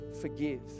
forgive